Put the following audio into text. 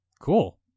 cool